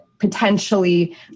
potentially